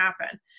happen